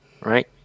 right